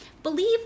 Believe